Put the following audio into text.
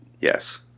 Yes